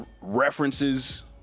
references